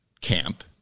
camp